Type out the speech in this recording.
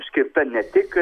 skirta ne tik